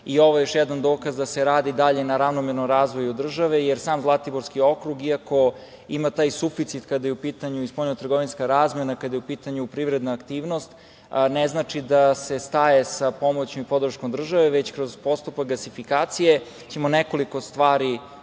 Ovo je još jedan dokaz da se radi dalje na ravnomernom razvoju države, jer sam Zlatiborski okrug iako ima taj suficit kada je u pitanju sporno-trgovinska razmena, kada je u pitanju privredna aktivnost, ne znači da se staje sa pomoći i podrškom države, već kroz postupak gasifikacije ćemo nekoliko stvari pokriti.